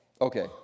okay